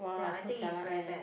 then I think it's very bad